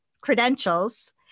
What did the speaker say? credentials